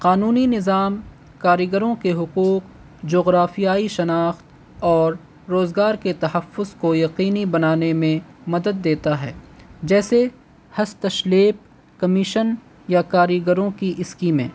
قانونی نظام کاریگروں کے حقوق جغرافیائی شناخت اور روزگار کے تحفظ کو یقینی بنانے میں مدد دیتا ہے جیسے ہستشلیپ کمیشن یا کاریگروں کی اسکیمیں